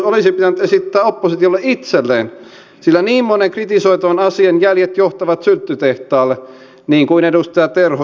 sdpn välikysymys olisi pitänyt esittää oppositiolle itselleen sillä niin monen kritisoitavan asian jäljet johtavat sylttytehtaalle niin kuin edustaja terho hyvin toi esille